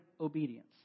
obedience